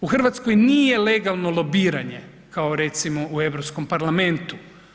U Hrvatskoj nije legalno lobiranje kao recimo u Europskom parlamentu.